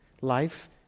Life